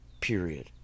period